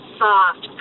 soft